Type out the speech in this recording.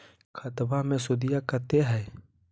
खतबा मे सुदीया कते हय?